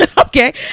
okay